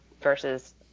versus